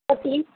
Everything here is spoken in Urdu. پچیس